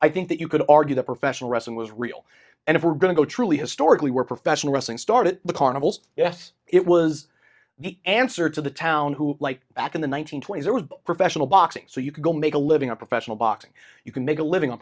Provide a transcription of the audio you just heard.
i think that you could argue that professional wrestling was real and if we're going to go truly historically were professional wrestling started the carnivals yes it was the answer to the town who like back in the one nine hundred twenty s professional boxing so you can make a living a professional boxing you can make a living